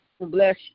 Bless